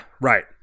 right